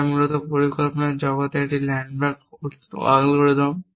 যা মূলত পরিকল্পনার জগতে একটি ল্যান্ডমার্ক অ্যালগরিদম